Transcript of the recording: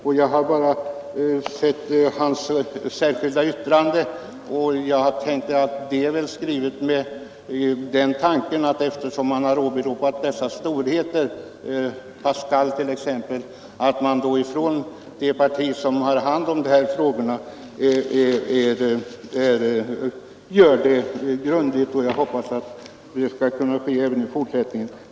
Jag har sett hans särskilda yttrande, och jag har tänkt att eftersom han har åberopat storheter som t.ex. Pascal är yttrandet skrivet med den tanken att de som har hand om dessa frågor gör det grundligt. Jag hoppas att det skall kunna ske även i fortsättningen.